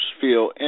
feel